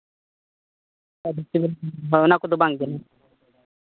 ᱦᱳᱭ ᱠᱚᱫᱚ ᱵᱟᱝ ᱜᱮ